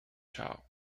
child